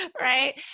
Right